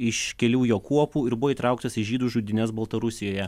iš kelių jo kuopų ir buvo įtrauktas į žydų žudynes baltarusijoje